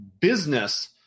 business